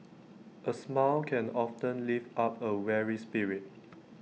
A smile can often lift up A weary spirit